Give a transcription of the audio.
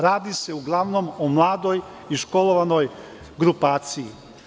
Radi se uglavnom o mladoj i školovanoj grupaciji.